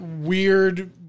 weird